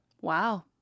Wow